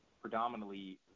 predominantly